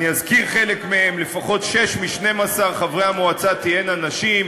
אני אזכיר חלק מהם: לפחות שש מ-12 חברי המועצה יהיו נשים,